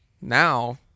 Now